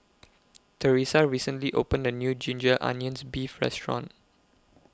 Theresa recently opened A New Ginger Onions Beef Restaurant